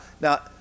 Now